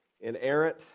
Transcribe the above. inerrant